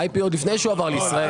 ה-IP עוד לפני שהוא עבר לישראל.